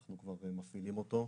אנחנו כבר מפעילים אותו.